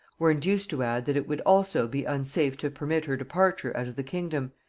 were induced to add, that it would also be unsafe to permit her departure out of the kingdom,